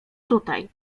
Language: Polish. tutaj